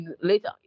later